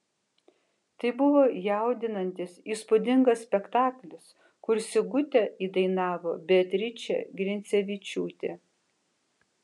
tai buvo jaudinantis įspūdingas spektaklis kur sigutę įdainavo beatričė grincevičiūtė